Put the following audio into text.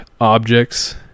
objects